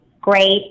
great